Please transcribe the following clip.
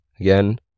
Again